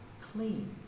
clean